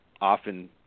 often